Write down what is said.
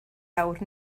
awr